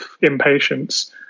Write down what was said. impatience